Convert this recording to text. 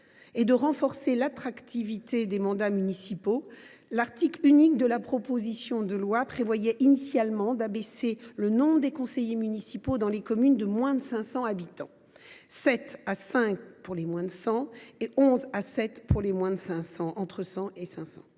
et de renforcer l’attractivité des mandats municipaux, l’article unique de la proposition de loi prévoyait initialement d’abaisser le nombre de conseillers municipaux dans les communes de moins de 500 habitants, plus précisément de sept à cinq dans celles de moins de 100 habitants et de